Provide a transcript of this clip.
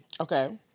Okay